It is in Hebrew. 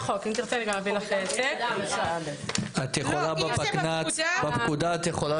את יכולה לראות את זה בפקודה.